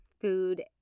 food